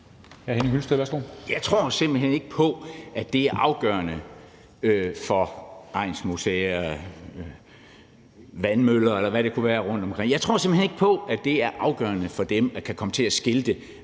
Jeg tror simpelt hen ikke på, at det er afgørende for egnsmuseer, vandmøller, eller hvad det kunne være rundtomkring. Jeg tror simpelt hen ikke på, at det er afgørende for dem at kunne komme til at skilte